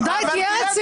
תודה רבה.